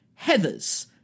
Heathers